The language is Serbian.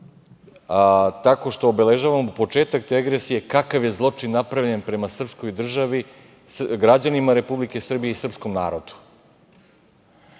tako što obeležavamo početak te agresije kakav je zločin napravljen prema srpskoj državi, građanima Republike Srbije i srpskom narodu. Nikakvu